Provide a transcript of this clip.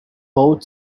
both